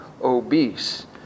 obese